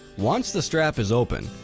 once the strap is open,